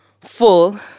full